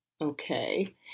Okay